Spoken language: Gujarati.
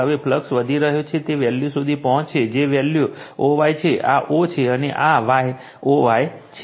હવે ફ્લક્સ વધી રહ્યો છે તે વેલ્યુ સુધી પહોંચશે જે વેલ્યુ o y છે આ o છે અને આ y o y છે